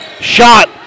Shot